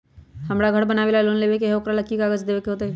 हमरा घर बनाबे ला लोन लेबे के है, ओकरा ला कि कि काग़ज देबे के होयत?